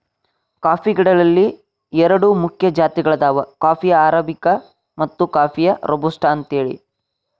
coffee ಗಿಡಗಳಲ್ಲಿ ಎರಡು ಮುಖ್ಯ ಜಾತಿಗಳದಾವ ಕಾಫೇಯ ಅರಾಬಿಕ ಮತ್ತು ಕಾಫೇಯ ರೋಬಸ್ಟ ಅಂತೇಳಿ